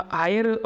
higher